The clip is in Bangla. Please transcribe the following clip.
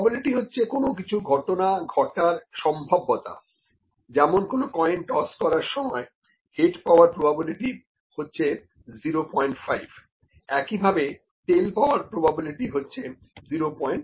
প্রোবাবিলিটি হচ্ছে কোনো কিছু ঘটনা ঘটার সম্ভাব্যতা যেমন কোনো কয়েন টস করার সময় হেড পাওয়ার প্রোবাবিলিটি হচ্ছে 05 একইভাবে টেইল পাওয়ার প্রোবাবিলিটি হচ্ছে 05